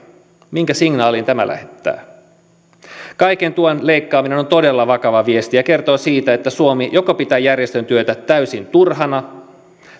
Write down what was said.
minkä signaalin tämä lähettää kaiken tuen leikkaaminen on todella vakava viesti ja kertoo siitä että suomi pitää joko järjestön työtä täysin turhana